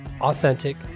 authentic